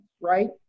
right